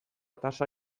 tasa